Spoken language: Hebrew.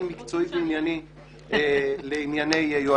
מקצועי וענייני לענייני יועצים משפטיים.